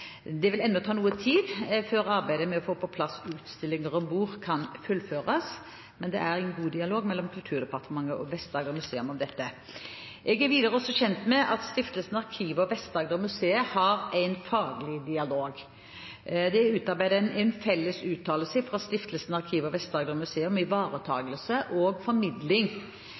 Det vil ennå ta noe tid før arbeidet med å få på plass utstillinger om bord kan fullføres, men det er en god dialog mellom Kulturdepartementet og Vest-Agder-museet om dette. Jeg er videre også kjent med at Stiftelsen Arkivet og Vest-Agder-museet har en faglig dialog. Det er utarbeidet en felles uttalelse fra Stiftelsen Arkivet og Vest-Agder-museet om ivaretakelse og